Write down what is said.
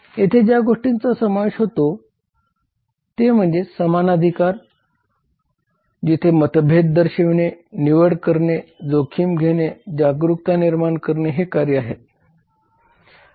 येथे ज्या गोष्टींचा समावेश होतो ते म्हणजे समान अधिकार जेथे मतभेद दर्शविणे निवड करणे जोखीम घेणे जागरूकता निर्माण करणे हे कार्य येतात